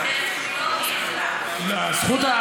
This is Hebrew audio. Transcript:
זה לא זכויות אדם, זה זכויות אזרח.